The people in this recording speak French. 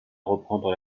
reprendre